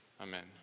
Amen